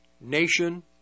nation